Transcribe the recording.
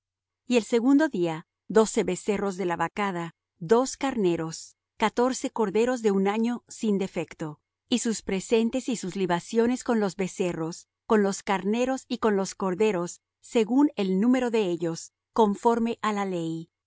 y el segundo día doce becerros de la vacada dos carneros catorce corderos de un año sin defecto y sus presentes y sus libaciones con los becerros con los carneros y con los corderos según el número de ellos conforme á la ley